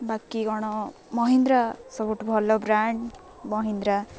ବାକି କ'ଣ ମହିନ୍ଦ୍ରା ସବୁଠୁ ଭଲ ବ୍ରାଣ୍ଡ ମହିନ୍ଦ୍ରା